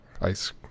Ice